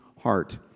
heart